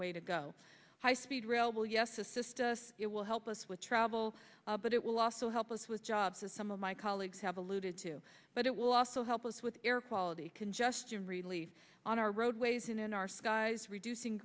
way to go high speed rail will yes assist us it will help us with travel but it will also help us with jobs as some of my colleagues have alluded to but it will also help us with air quality congestion relief on our roadways and in our skies reducing